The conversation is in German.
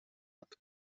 hat